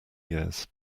years